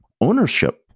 ownership